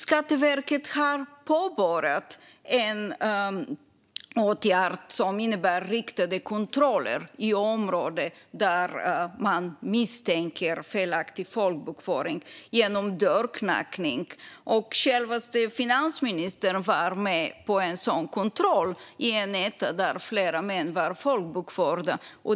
Skatteverket har påbörjat en åtgärd som innebär riktade kontroller genom dörrknackning i områden där man misstänker felaktig folkbokföring. Självaste finansministern var med på en sådan kontroll i en etta där flera män var folkbokförda.